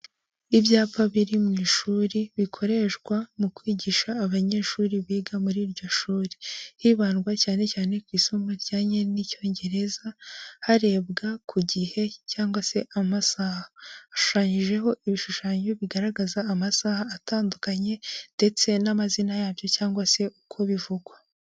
Ibyapa biri mu ishuri bikoreshwa mu kwigisha abanyeshuri biga muri iryo shuri. Hibandwa cyane cyane ku isomo rijyanye n'icyongereza, harebwa ku gihe cyangwa se amasaha. Hashushanyijeho ibishushanyo bigaragaza amasaha atandukanye, ndetse n'amazina yabyo cyangwa se uko bivugwa.